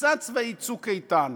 מבצע צבאי "צוק איתן".